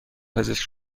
پزشک